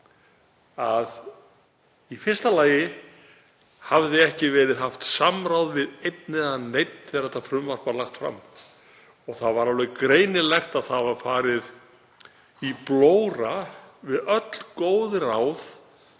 að í fyrsta lagi hafði ekki verið haft samráð við einn eða neinn þegar þetta frumvarp var lagt fram. Það var alveg greinilegt að farið var í blóra við öll góð ráð